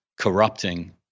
corrupting